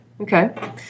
Okay